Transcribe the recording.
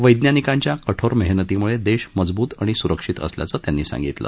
वैज्ञानिकांच्या कठोर मेहनतीमुळे देश मजबूत आणि सुरक्षित असल्याचं त्यांनी सांगितलं